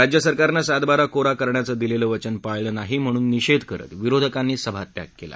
राज्यसरकारनं सातबारा कोरा करण्याचं दिलेलं वचन पाळलं नाही म्हणून निषेध करत विरोधकांनी सभात्याग केला